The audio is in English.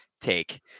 take